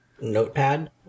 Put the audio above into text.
notepad